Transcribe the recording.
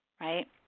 right